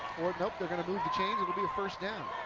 nope, they're going to move the chains. it will be a first down.